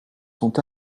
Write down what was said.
sont